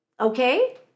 okay